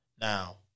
Now